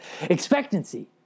Expectancy